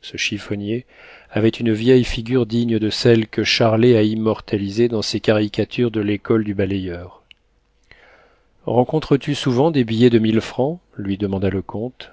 ce chiffonnier avait une vieille figure digne de celles que charlet a immortalisées dans ses caricatures de l'école du balayeur rencontres tu souvent des billets de mille francs lui demanda le comte